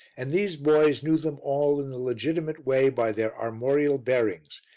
and these boys knew them all in the legitimate way by their armorial bearings,